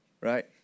Right